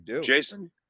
Jason